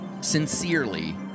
sincerely